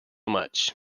much